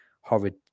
horrid